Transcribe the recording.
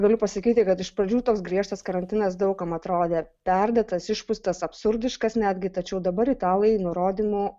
galiu pasakyti kad iš pradžių toks griežtas karantinas daug kam atrodė perdėtas išpūstas absurdiškas netgi tačiau dabar italai nurodymų